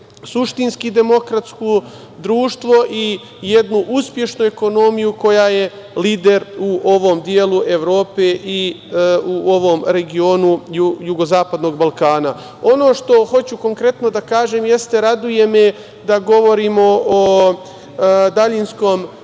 suštinski demokratsko društvo i jedna uspešna ekonomija koja je lider u ovom delu Evrope i u ovom regionu jugozapadnog Balkana. Ono što hoću konkretno da kažem jeste da me raduje da govorimo o daljinskom